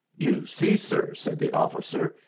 you see, sir, said the officer,